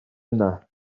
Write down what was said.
yna